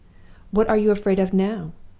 what are you afraid of now?